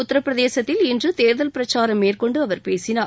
உத்தரப்பிரதேசத்தில் அமேதியில் இன்று தேர்தல் பிரச்சாரம் மேற்கொண்டு அவர் பேசினார்